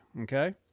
okay